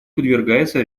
подвергается